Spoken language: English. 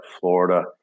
Florida